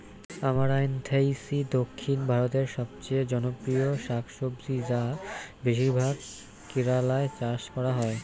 আমরান্থেইসি দক্ষিণ ভারতের সবচেয়ে জনপ্রিয় শাকসবজি যা বেশিরভাগ কেরালায় চাষ করা হয়